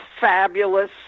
fabulous